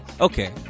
Okay